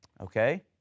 okay